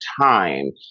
time